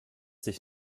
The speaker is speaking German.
sich